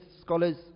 scholars